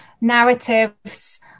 narratives